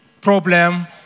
problem